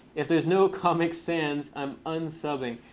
if there's no comic sans, i'm unsubbing.